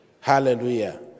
Hallelujah